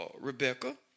Rebecca